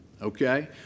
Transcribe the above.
Okay